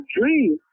dream